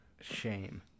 Shame